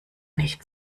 nicht